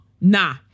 Nah